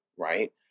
right